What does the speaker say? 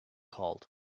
called